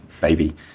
baby